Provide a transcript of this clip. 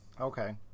Okay